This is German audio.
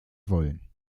wollen